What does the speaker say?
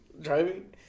driving